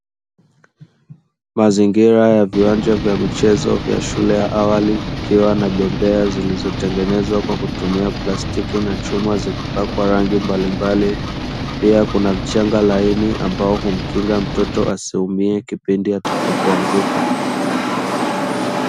Mazingira ya viwanja vya michezo vya shule ya awali kukiwa na bembea zilizotengenezwa kwa kutumia plastiki na chuma zikipakwa rangi mbalimbali, pia kuna mchanga laini ambao humkinga mtoto asiumie kipindi atakapoanguka.